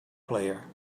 player